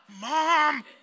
mom